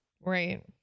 right